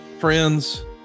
friends